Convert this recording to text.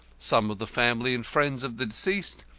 some of the family and friends of the deceased,